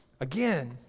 again